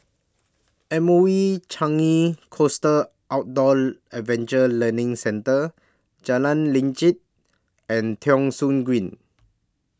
M O E Changi Coast Outdoor Adventure Learning Centre Jalan Lanjut and Thong Soon Green